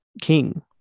king